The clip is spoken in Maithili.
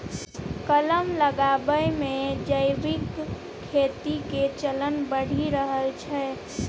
कलम लगाबै मे जैविक खेती के चलन बढ़ि रहल छै